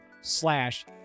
slash